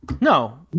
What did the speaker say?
No